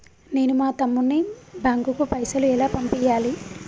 నేను మా తమ్ముని బ్యాంకుకు పైసలు ఎలా పంపియ్యాలి?